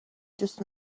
just